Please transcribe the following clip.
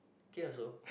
can also